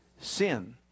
Sin